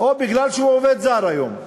או מפני שהוא עובד זר היום.